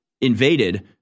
invaded